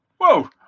Whoa